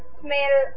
smell